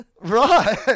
Right